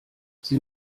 sie